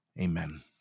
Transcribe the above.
Amen